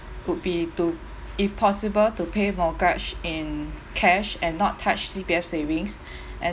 would be to if possible to pay mortgage in cash and not touch C_P_F savings and